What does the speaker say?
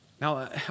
Now